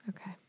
okay